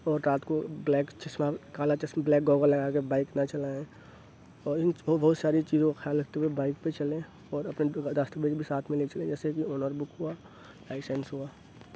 اور رات کو بلیک چشمہ کالا چشمہ بلیک گوگل لگا کے بائک نہ چلائیں اور ان اور بہت ساری چیزوں کا خیال رکھتے ہوئے بائک پر چلیں اور اپنے راستے میں بھی ساتھ میں لے کے چلیں جیسے کہ اونر بک ہوا لائسینس ہوا